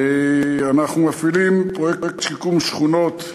אנחנו מפעילים פרויקט שיקום שכונות.